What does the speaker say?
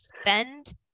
spend